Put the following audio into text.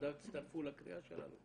תצטרפו לקריאה שלנו.